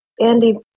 Andy